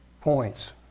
points